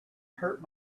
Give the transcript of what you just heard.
hurt